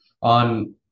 on